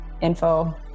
info